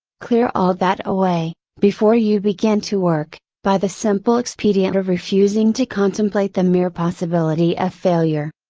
clear all that away, before you begin to work, by the simple expedient of refusing to contemplate the mere possibility of failure.